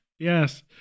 Yes